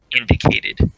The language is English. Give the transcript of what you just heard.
indicated